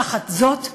תחת זאת,